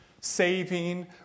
saving